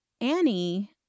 Annie